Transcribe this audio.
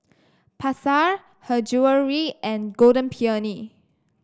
Pasar Her Jewellery and Golden Peony